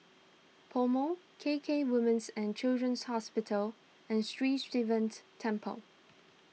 PoMo K K Women's and Children's Hospital and Sri Sivan's Temple